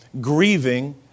grieving